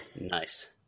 Nice